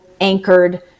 anchored